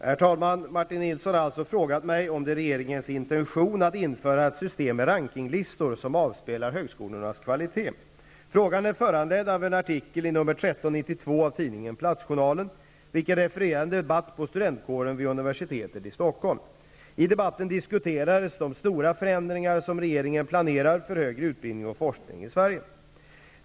Herr talman! Martin Nilsson har frågat mig om det är regeringens intention att införa ett system med rankinglistor som avspeglar högskolornas kvalitet. Frågan är föranledd av en artikel i nr 13/92 av tidningen Platsjournalen, vilken refererade en debatt på studentkåren vid universitetet i Stockholm. I debatten diskuterades de stora förändringar som regeringen planerar för högre utbildning och forskning i Sverige.